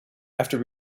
after